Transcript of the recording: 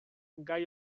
gai